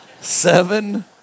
seven